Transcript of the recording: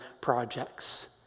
projects